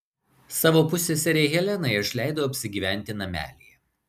savo pusseserei helenai aš leidau apsigyventi namelyje